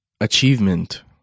Achievement